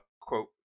quote